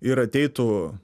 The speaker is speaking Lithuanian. ir ateitų